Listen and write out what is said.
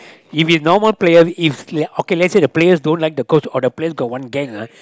if is normal player if okay let's say the players don't like the coach or the players have one gang ah